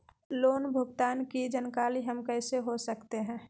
Loan भुगतान की जानकारी हम कैसे हो सकते हैं?